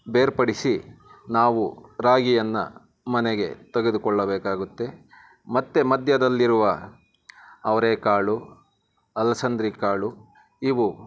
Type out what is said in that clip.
ಬೇರ್ಪಡಿಸಿ ನಾವು ರಾಗಿಯನ್ನು ಮನೆಗೆ ತೆಗೆದುಕೊಳ್ಳಬೇಕಾಗುತ್ತೆ ಮತ್ತು ಮಧ್ಯದಲ್ಲಿರುವ ಅವರೇಕಾಳು ಅಲಸಂದ್ರಿ ಕಾಳು ಇವು